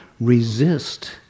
Resist